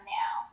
now